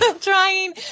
trying